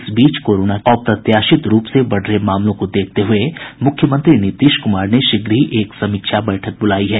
इस बीच कोरोना के अप्रत्याशित रूप से बढ़ रहे मामलों को देखते हुये मुख्यमंत्री नीतीश कुमार ने शीघ्र ही एक समीक्षा बैठक बुलाई है